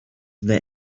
there